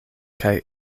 kaj